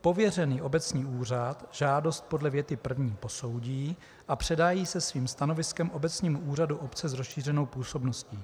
Pověřený obecní úřad žádost podle věty první posoudí a předá ji se svým stanoviskem obecnímu úřadu obce s rozšířenou působností.